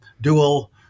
dual